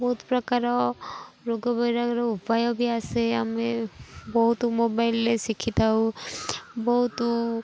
ବହୁତ ପ୍ରକାର ରୋଗ ବୈରାଗ୍ୟର ଉପାୟ ବି ଆସେ ଆମେ ବହୁତ ମୋବାଇଲ୍ରେ ଶିଖିଥାଉ ବହୁତ